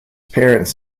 parents